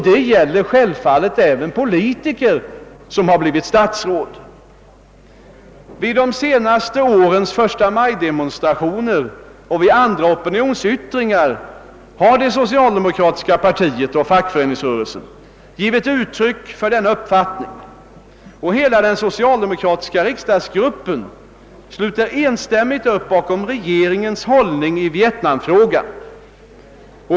Detta gäller självfallet även politiker som blivit statsråd. Vid de senaste årens förstamajdemonstrationer och vid andra opinionsyttringar har det socialdemokratiska partiet och fackföreningsrörelsen givit uttryck för denna uppfattning, och hela den socialdemokratiska riksdagsgruppen sluter enigt upp bakom regeringens hållning i vietnamfrågan.